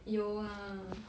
有啊